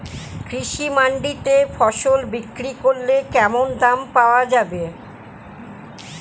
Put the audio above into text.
কৃষি মান্ডিতে ফসল বিক্রি করলে কেমন দাম পাওয়া যাবে?